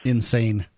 Insane